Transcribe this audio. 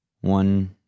one